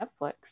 netflix